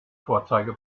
vorzeige